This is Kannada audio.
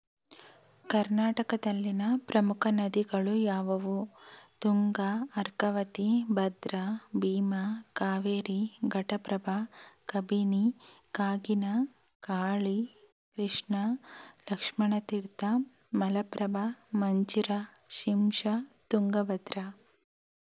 ಕರ್ನಾಟಕದಲ್ಲಿನ ಪ್ರಮುಖ ನದಿಗಳು ಯಾವುವು ತುಂಗಾ ಅರ್ಕಾವತಿ ಭದ್ರಾ ಭೀಮ ಕಾವೇರಿ ಘಟಪ್ರಭಾ ಕಬಿನಿ ಕಾಗಿಣಾ ಕಾಳಿ ಕೃಷ್ಣ ಲಕ್ಷ್ಮಣತೀರ್ಥ ಮಲಪ್ರಭಾ ಮಂಜಿರಾ ಶಿಂಶಾ ತುಂಗಭದ್ರಾ